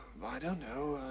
i don't know,